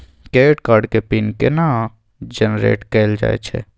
Credit card के PIN केना generate कैल जाए छै?